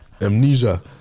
Amnesia